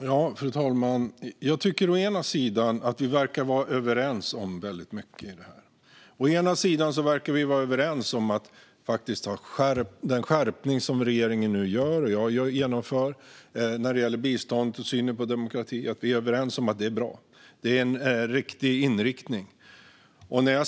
Fru talman! Jag tycker att vi verkar vara överens om väldigt mycket i detta. Vi verkar vara överens om att den skärpning som regeringen nu genomför när det gäller biståndet och synen på demokrati är bra och om att detta är en riktig inriktning.